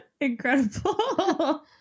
Incredible